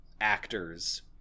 actors